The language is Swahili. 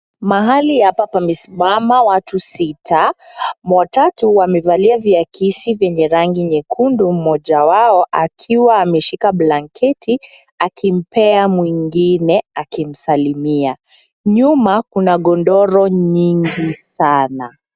Mahali hapa pamesimama watu sita, watatu wamevalia viakisi vyenye rangi nyekundu mmoja wao akiwa ameshika blanketi akimpea mwingine akimsalimia. Nyuma kuna godoro nyingi sana.